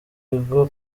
bigo